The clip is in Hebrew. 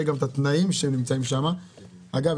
גם את התנאים שהם נמצאים בהם אגב,